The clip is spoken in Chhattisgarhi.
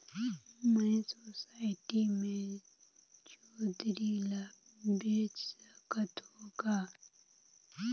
मैं सोसायटी मे जोंदरी ला बेच सकत हो का?